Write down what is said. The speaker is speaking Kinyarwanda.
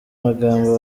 magambo